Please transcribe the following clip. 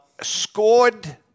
scored